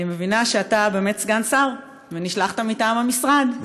אני מבינה שאתה באמת סגן שר ושנשלחת מטעם המשרד.